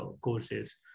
courses